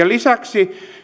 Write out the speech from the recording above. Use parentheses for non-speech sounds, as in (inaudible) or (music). (unintelligible) lisäksi